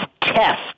test